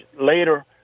later